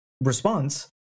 response